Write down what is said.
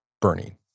burning